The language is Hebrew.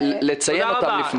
לציין אותם לפני.